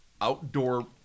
outdoor